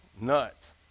nuts